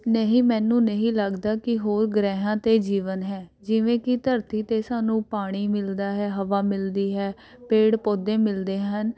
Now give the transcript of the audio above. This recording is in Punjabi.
ਨਹੀਂ ਮੈਨੂੰ ਨਹੀਂ ਲੱਗਦਾ ਕਿ ਹੋਰ ਗ੍ਰਹਿਆਂ 'ਤੇ ਜੀਵਨ ਹੈ ਜਿਵੇਂ ਕਿ ਧਰਤੀ 'ਤੇ ਸਾਨੂੰ ਪਾਣੀ ਮਿਲਦਾ ਹੈ ਹਵਾ ਮਿਲਦੀ ਹੈ ਪੇੜ ਪੌਦੇ ਮਿਲਦੇ ਹਨ